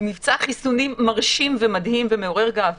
מבצע חיסונים מרשים ומדהים ומעורר גאווה,